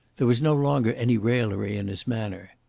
there was no longer any raillery in his manner.